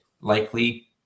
likely